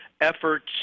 efforts